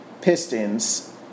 Pistons